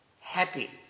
happy